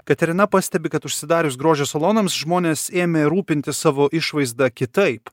katerina pastebi kad užsidarius grožio salonams žmonės ėmė rūpintis savo išvaizda kitaip